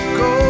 go